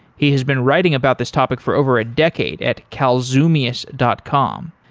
he has been riding about this topic for over a decade at kalzumeus dot com.